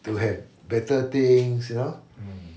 to have better things you know